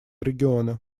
региона